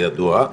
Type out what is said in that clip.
זה ידוע,